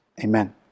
Amen